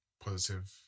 positive